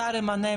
שר ימנה?